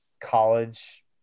college